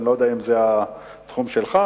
אני לא יודע אם זה התחום שלך,